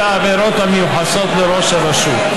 את העבירות המיוחסות לראש הרשות.